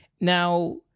Now